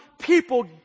people